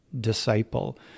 disciple